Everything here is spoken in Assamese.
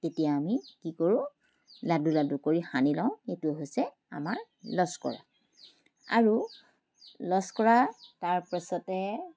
তেতিয়া আমি কি কৰোঁ লাডু লাডু কৰি সানি লওঁ সেইটো হৈছে আমাৰ লস্কৰা আৰু লস্কৰা তাৰপাছতে